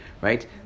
right